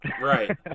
Right